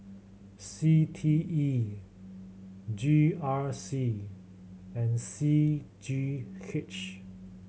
C T E G R C and C G H